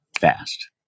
fast